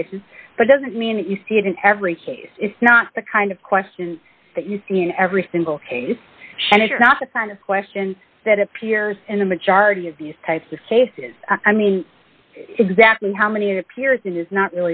cases but doesn't mean that you see it in every case it's not the kind of question that you see every single case and it's not the kind of question that appears in the majority of these types of cases i mean exactly how many it appears is not